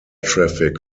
traffic